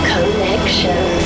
Connection